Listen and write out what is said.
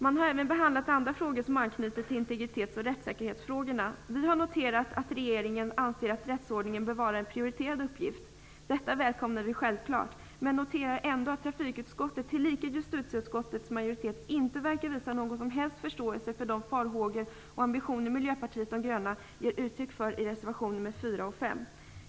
Man har även behandlat andra frågor som anknyter till integritets och rättssäkerhetsfrågorna. Vi har noterat att regeringen anser att rättsordningen bör vara en prioriterad uppgift. Detta välkomnar vi självklart, men vi noterar ändå att varken trafikutskottets eller justitieutskottets majoritet verkar visa någon som helst förståelse för de farhågor och ambitioner Miljöpartiet de gröna ger uttryck för i reservationerna 4 och 5.